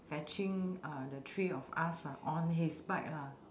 fetching uh the three of us ah on his bike lah